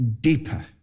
deeper